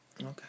Okay